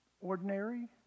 ordinary